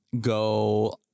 go